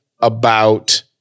about-